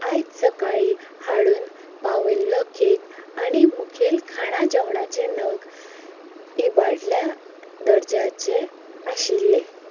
आयज सकाळीं हाडून पावयिल्लो कॅक आनी मुखेल खाणां जेवणाचे नग इबाडल्या दर्जाचे आशिल्ले